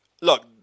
Look